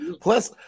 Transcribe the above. Plus